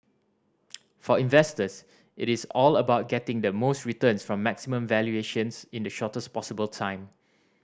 for investors it is all about getting the most returns from maximum valuations in the shortest possible time